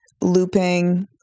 looping